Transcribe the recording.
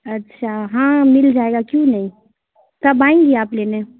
اچھا ہاں مل جائے گا کیوں نہیں کب آئیں گی آپ لینے